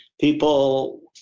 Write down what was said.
people